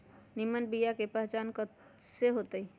निमन बीया के पहचान कईसे होतई?